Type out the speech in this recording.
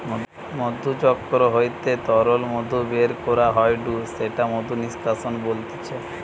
মধুচক্র হইতে তরল মধু বের করা হয়ঢু সেটা মধু নিষ্কাশন বলতিছে